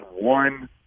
one